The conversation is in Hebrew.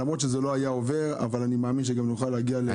למרות שזה לא היה עובר אבל אני מאמין שגם נוכל להגיע להבנות.